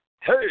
Hey